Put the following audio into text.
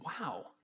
wow